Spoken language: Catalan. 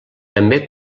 també